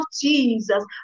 Jesus